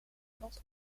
vlot